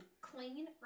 clean